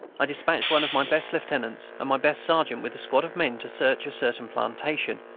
i despatched one of my best lieutenants and my best sergeant with a squad of men to search a certain plantation,